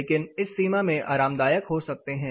लेकिन इस सीमा में आरामदायक हो सकते हैं